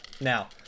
now